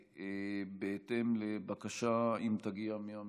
בהתאם לבקשה, אם תגיע, מהממשלה.